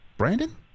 Brandon